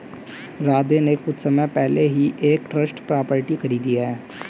राधे ने कुछ समय पहले ही एक ट्रस्ट प्रॉपर्टी खरीदी है